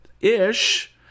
ish